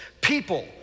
people